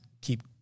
keep